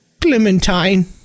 Clementine